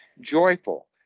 joyful